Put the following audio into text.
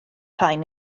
rhain